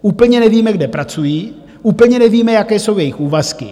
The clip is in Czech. Úplně nevíme, kde pracují, úplně nevíme, jaké jsou jejich úvazky.